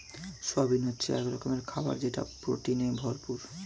soybean হচ্ছে এক রকমের খাবার যেটা প্রোটিনে ভরপুর